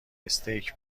استیک